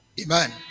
Amen